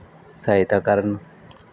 ਸਹਾਇਤਾ ਕਰਨ